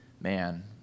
man